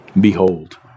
behold